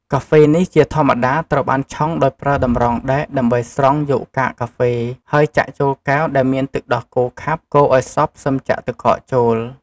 កាហ្វេនេះជាធម្មតាត្រូវបានឆុងដោយប្រើតម្រងដែកដើម្បីស្រង់យកកាកកាហ្វេ ហើយចាក់ចូលកែវដែលមានទឹកដោះគោខាប់ កូរឱ្យសព្វសឹមចាក់ទឹកកកចូល។